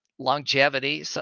longevity